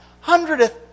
hundredth